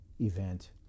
event